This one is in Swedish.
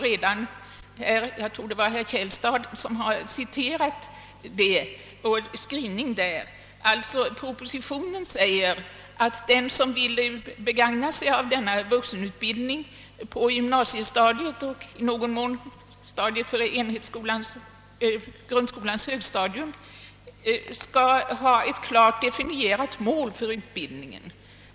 Någon talare — jag tror att det var herr Källstad — citerade utskottets skrivning på den punkten. I propositionen säges, att den som vill begagna. sig av möjligheten till vuxenutbildning på gymnasiestadiet och i någon mån på grundskolans högstadium skall ha ett klart definierat mål för utbildningen.